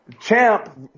Champ